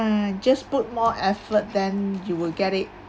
just put more effort then you will get it